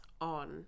on